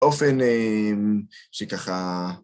אופן שככה...